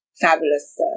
fabulous